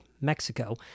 Mexico